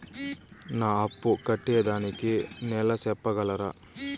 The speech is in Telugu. నా అప్పు కట్టేదానికి నెల సెప్పగలరా?